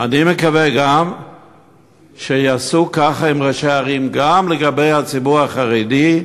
אני מקווה שיעשו כך עם ראשי הערים גם לגבי הציבור החרדי,